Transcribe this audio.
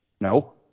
No